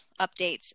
updates